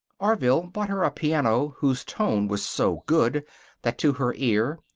orville bought her a piano whose tone was so good that to her ear,